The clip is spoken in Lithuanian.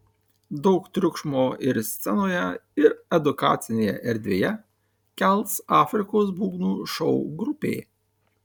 daug triukšmo ir scenoje ir edukacinėje erdvėje kels afrikos būgnų šou grupė